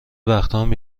وقتام